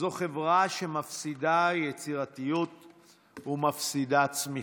זו חברה שמפסידה יצירתיות ומפסידה צמיחה,